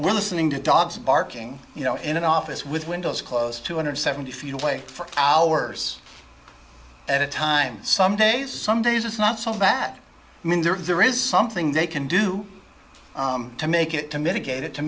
we're listening to dogs barking you know in an office with windows closed two hundred seventy feet away for hours at times some days some days it's not so that mean there is something they can do to make it to mitigate it to